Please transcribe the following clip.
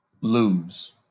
Lose